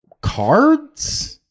cards